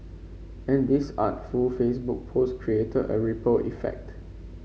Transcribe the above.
and this artful Facebook post created a ripple effect